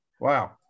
Wow